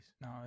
no